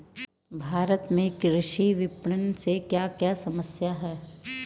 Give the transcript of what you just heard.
भारत में कृषि विपणन से क्या क्या समस्या हैं?